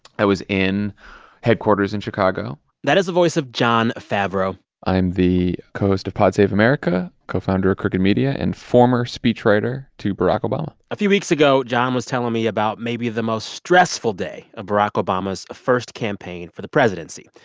i was in headquarters in chicago that is the voice of jon favreau i'm the co-host of pod save america, co-founder of crooked media and former speechwriter to barack obama a few weeks ago, jon was telling me about maybe the most stressful day of barack obama's first campaign for the presidency,